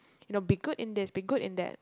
you know be good in this be good in that